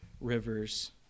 rivers